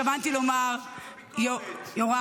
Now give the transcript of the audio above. ועכשיו לדברים שמלכתחילה התכוונתי לומר, יוראי.